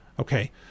Okay